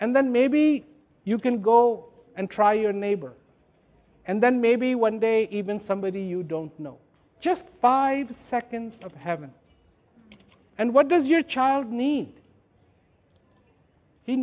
and then maybe you can go and try your neighbor and then maybe one day even somebody you don't know just five seconds of heaven and what does your child need he